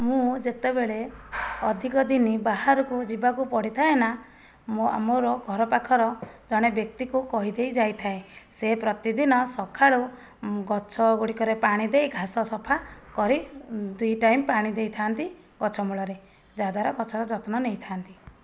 ମୁଁ ଯେତେବେଳେ ଅଧିକଦିନି ବାହାରକୁ ଯିବାକୁ ପଡ଼ିଥାଏ ନା ମୋ ମୋର ଘର ପାଖର ଜଣେ ବ୍ୟକ୍ତିକୁ କହିଦେଇଯାଇଥାଏ ସେ ପ୍ରତିଦିନ ସଖାଳୁ ଗଛଗୁଡ଼ିକରେ ପାଣି ଦେଇ ଘାସ ସଫା କରି ଦୁଇ ଟାଇମ୍ ପାଣି ଦେଇଥାନ୍ତି ଗଛ ମୂଳରେ ଯାହାଦ୍ୱାରା ଗଛର ଯତ୍ନ ନେଇଥାନ୍ତି